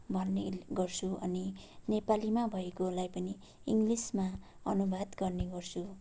भन्ने गर्छु अनि नेपालीमा भएकोलाई पनि इङ्लिसमा अनुवाद गर्ने गर्छु